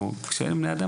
כשנצליח להיות בני אדם